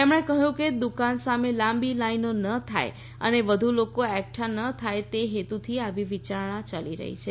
તેમણે કહ્યું કે દુકાન સામે લાંબી લાઈનો ન થાય અને વધુ લોકો એકઠા ન થાય તે હેતુથી આવી વિચારણા ચાલી રહી છે